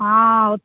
ହଁ